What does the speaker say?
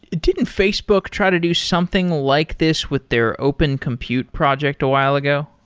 didn't facebook try to do something like this with their open compute project a while ago?